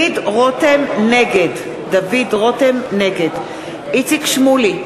נגד איציק שמולי,